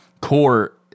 core